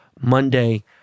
Monday